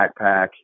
backpack